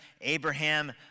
Abraham